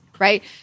right